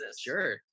Sure